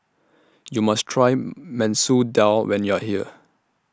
YOU must Try Masoor Dal when YOU Are here